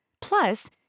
Plus